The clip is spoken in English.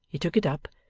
he took it up,